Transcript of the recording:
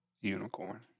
Unicorn